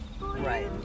Right